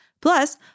Plus